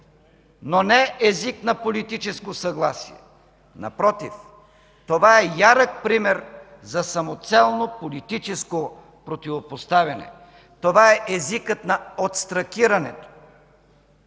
но не език на политическо съгласие. Напротив, това е ярък пример за самоцелно политическо противопоставяне. Това е езикът на остракирането.